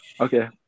okay